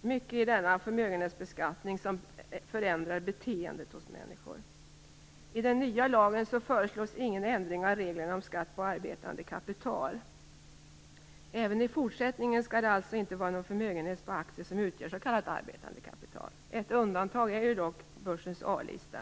Det är mycket i denna förmögenhetsbeskattning som förändrar beteendet hos människor. I den nya lagen föreslås ingen ändring av reglerna om skatt på arbetande kapital. Även i fortsättningen skall det alltså inte vara någon förmögenhetsskatt på aktier som utgör s.k. arbetande kapital. Ett undantag är börsens A-lista.